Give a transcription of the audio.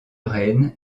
reine